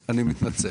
אני מתנצל.